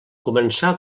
començà